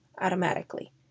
automatically